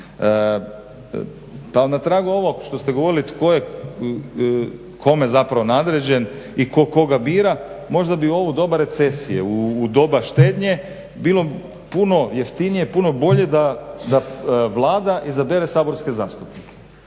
Pa na tragu ovog što ste govorili tko je kome zapravo nadređen i tko koga bira možda bi u ovo doba recesije, u doba štednje bilo puno jeftinije, puno bolje da Vlada izabere saborske zastupnike